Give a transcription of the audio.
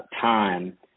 time